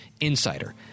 insider